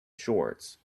shorts